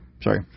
Sorry